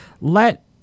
let